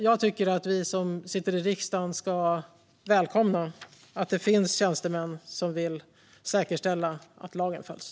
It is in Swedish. Jag tycker att vi som sitter i riksdagen ska välkomna att det finns tjänstemän som vill säkerställa att lagen följs.